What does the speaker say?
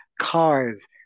cars